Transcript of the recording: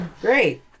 great